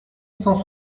cent